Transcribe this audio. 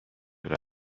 قرار